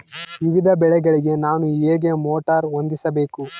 ವಿವಿಧ ಬೆಳೆಗಳಿಗೆ ನಾನು ಹೇಗೆ ಮೋಟಾರ್ ಹೊಂದಿಸಬೇಕು?